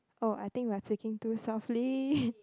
oh I think my speaking too softly